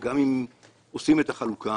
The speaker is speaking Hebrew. גם אם עושים את החלוקה,